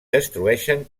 destrueixen